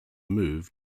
move